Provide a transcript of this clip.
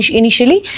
initially